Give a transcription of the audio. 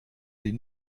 sie